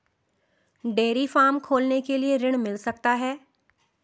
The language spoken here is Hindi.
डेयरी फार्म खोलने के लिए ऋण मिल सकता है?